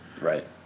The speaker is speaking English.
Right